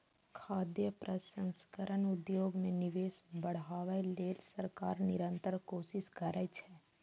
खाद्य प्रसंस्करण उद्योग मे निवेश बढ़ाबै लेल सरकार निरंतर कोशिश करै छै